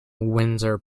windsor